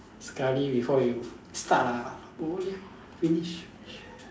sekali before you start ah boleh finish